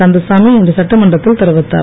கந்தசாமி இன்று சட்டமன்றத்தில் தெரிவித்தார்